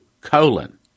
colon